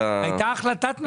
הייתה החלטת ממשלה שם.